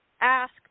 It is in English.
ask